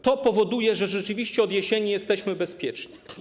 To powoduje, że rzeczywiście od jesieni jesteśmy bezpieczni.